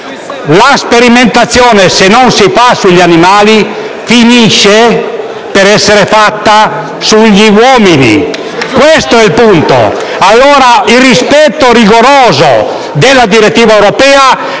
La sperimentazione, se non si fa sugli animali, finisce per essere fatta sugli uomini. Questo è il punto. Chiedo allora il rispetto rigoroso della direttiva europea